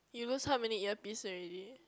you lose how many earpiece already